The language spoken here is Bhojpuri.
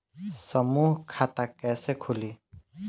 समूह खाता कैसे खुली?